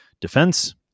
defense